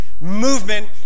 movement